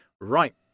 right